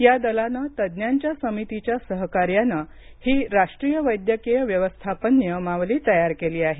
या दलानं तज्ज्ञांच्या समितीच्या सहकार्यानं ही राष्ट्रीय वैद्यकीय व्यवस्थापन नियमावली तयार केली आहे